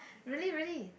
really really